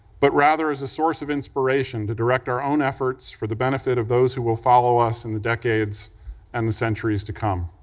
but rather, as a source of inspiration to direct our own efforts for the benefit of those who will follow us in the decades and the centuries to come.